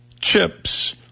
chips